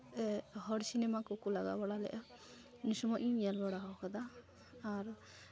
ᱦᱚᱲ ᱥᱤᱱᱮᱢᱟ ᱠᱚᱠᱚ ᱞᱟᱜᱟᱣ ᱵᱟᱲᱟ ᱞᱮᱫᱟ ᱩᱱ ᱥᱚᱢᱚᱭᱤᱧ ᱧᱮᱞ ᱵᱟᱲᱟ ᱟᱠᱟᱫᱟ ᱟᱨ